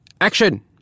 action